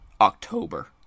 October